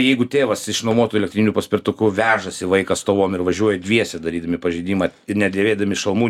jeigu tėvas išnuomotu elektriniu paspirtuku vežasi vaiką stovom ir važiuoja dviese darydami pažeidimą ir nedėvėdami šalmų